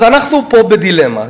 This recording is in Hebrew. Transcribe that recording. אז אנחנו פה בדילמה.